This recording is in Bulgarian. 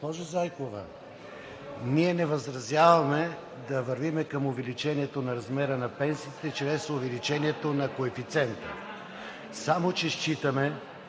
Госпожо Зайкова, ние не възразяваме да вървим към увеличението на размера на пенсиите чрез увеличението на коефициента, само че считаме,